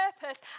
purpose